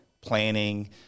planning